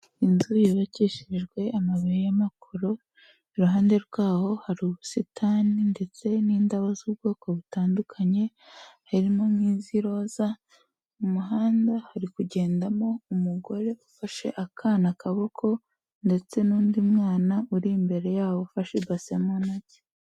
Inzu yubakishirijwe amabuye y'amakoro, iruhande rwaho hari ubusitani ndetse n'indabo z'ubwoko butandukanye harimo nk'iz'iroza, mu muhanda hari kugendamo umugore ufashe akana akaboko ndetse n'undi mwana uri imbere yabo ufashe ibase mu ntoki.